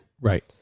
Right